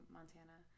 Montana